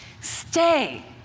Stay